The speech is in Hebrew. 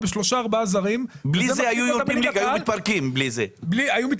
בשלושה-ארבעה זרים --- בלי זה היו יורדים ליגה,